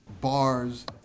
bars